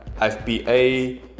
FBA